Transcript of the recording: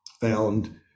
found